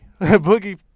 Boogie